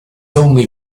only